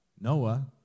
Noah